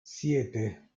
siete